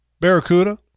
barracuda